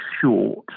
short